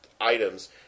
items